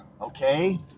okay